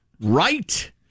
Right